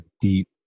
deep